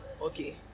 Okay